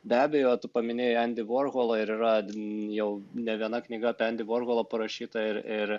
be abejo tu paminėjai endį vorholą ir yra jau ne viena knyga apie endį vorholą parašyta ir ir